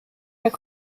herr